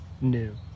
new